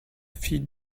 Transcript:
fit